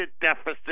deficit